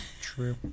True